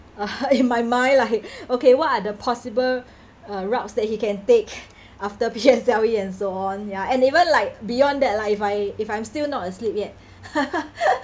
uh in my mind lah okay what are the possible uh routes that he can take after P_S_L_E and so on ya and even like beyond that lah if I if I'm still not asleep yet